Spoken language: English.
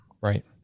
Right